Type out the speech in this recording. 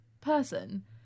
person